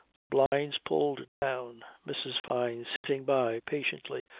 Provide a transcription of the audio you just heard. the blinds pulled down, mrs. fyne sitting by patiently,